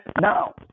now